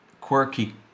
quirky